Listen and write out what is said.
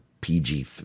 PG